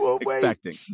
expecting